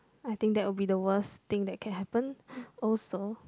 I think that would be the worst thing that can happen also